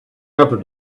after